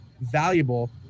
valuable